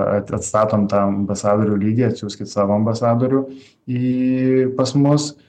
a atstatom tą ambasadorių lygį atsiųskit savo ambasadorių į pas mus